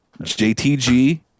JTG